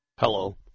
Hello